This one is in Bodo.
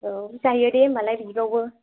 औ जायो दे होनब्लालाय बिदिबावबो